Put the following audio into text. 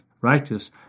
righteous